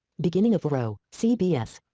beginning of row, cbs.